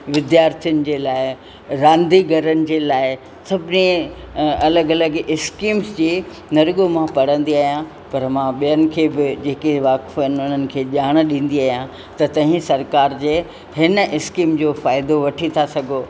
विद्यार्थियुनि जे लाइ रांदीगरनि जे लाइ सभिनी अलॻि अलॻि स्कीम्स जे न रुॻो मां पढ़ंदी आहियां पर ॿियनि खे बि जेके वाक़ुफ़ु आहिनि उन्हनि खे ॼाण ॾींदी आहियां त तव्हीं सरकार जे हिन स्कीम जो फ़ाइदो वठी था सघो